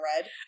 red